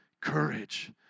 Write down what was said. courage